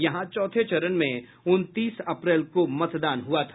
यहां चौथे चरण में उनतीस अप्रैल को मतदान हुआ था